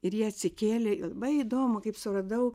ir ji atsikėlė labai įdomu kaip suradau